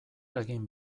egin